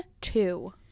two